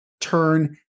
turn